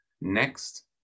Next